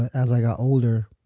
as i got older,